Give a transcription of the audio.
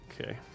Okay